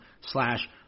slash